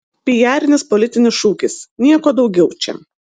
pijarinis politinis šūkis nieko daugiau čia